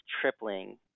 tripling